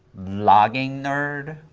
logging nerd?